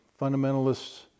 fundamentalists